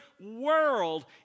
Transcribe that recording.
world